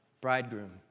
bridegroom